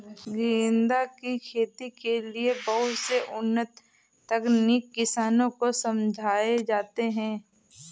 गेंदा की खेती के लिए बहुत से उन्नत तकनीक किसानों को समझाए जाते हैं